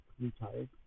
retired